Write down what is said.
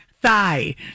thigh